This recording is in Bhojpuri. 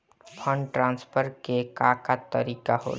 फंडट्रांसफर के का तरीका होला?